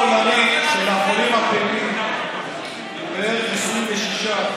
הממוצע העולמי של החולים הפעילים הוא בערך 26%,